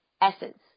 essence